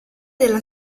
della